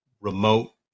remote